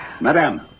Madame